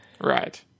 Right